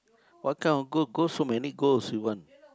what kind of goal goal so many goals you want